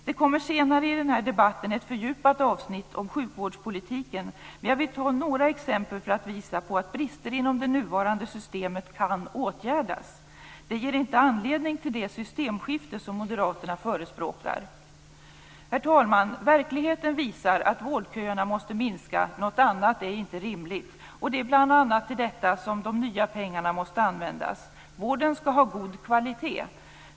Det kommer senare i denna debatt ett fördjupat avsnitt om sjukvårdspolitiken, men jag vill anföra några exempel för att visa på att brister inom det nuvarande systemet kan åtgärdas. Det ger inte anledning till det systemskifte som moderaterna förespråkar. Herr talman! Verkligheten visar att vårdköerna måste minska. Något annat är inte rimligt. Det är bl.a. till detta de nya pengarna måste användas. Vården skall ha god kvalitet.